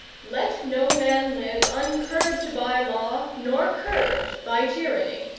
let no man live uncurbed by law nor curbed by tyranny